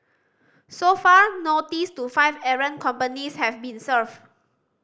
so far notice to five errant companies have been served